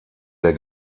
der